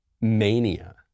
mania